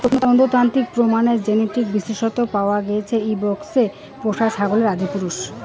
প্রত্নতাত্ত্বিক প্রমাণের জেনেটিক বিশ্লেষনত পাওয়া গেইছে ইবেক্স পোষা ছাগলের আদিপুরুষ